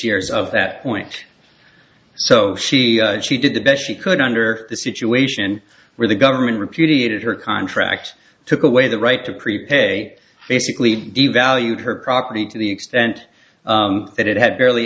years of that point so she she did the best she could under the situation where the government repudiated her contract took away the right to prepay basically devalued her property to the extent that it had barely